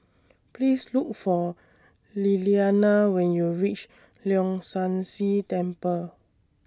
Please Look For Lillianna when YOU REACH Leong San See Temple